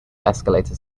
escalator